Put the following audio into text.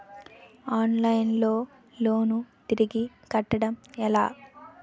Online లో loan తిరిగి కట్టడం ఎలా?